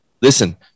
listen